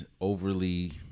overly